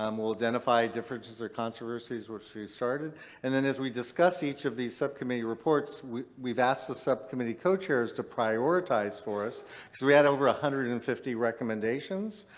um we'll identify differences or controversies which we've started and then as we discuss each of these subcommittee reports we've we've asked the subcommittee co-chairs to prioritize for us. so we had over one ah hundred and fifty recommendations.